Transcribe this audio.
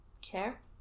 care